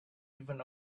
even